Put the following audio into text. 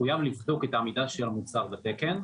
מחויב לבדוק את העמידה של המוצר בתקן,